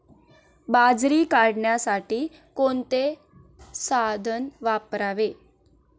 बाजरी काढण्यासाठी कोणते साधन वापरावे?